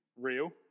real